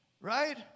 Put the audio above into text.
right